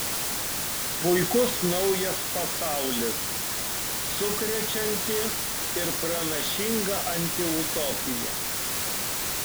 puikus naujas pasaulis sukrečianti ir pranašinga antiutopija